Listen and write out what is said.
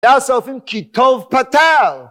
‫וירא שר האופים כי טוב פתר!